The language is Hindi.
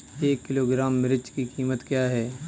एक किलोग्राम मिर्च की कीमत क्या है?